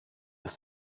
ist